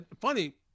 funny